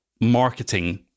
marketing